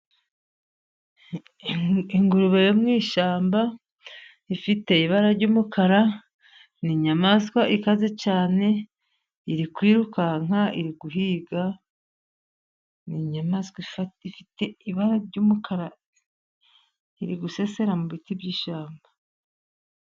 Ingurube yo mu ishyamba ifite ibara ry'umukara. Ni inyamaswa ikaze cyane. Iri kwirukanka, iri guhiga. Ni inyamaswa ifite ibara ry'umukara, irigusesera mu biti by'ishyamba.